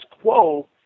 quo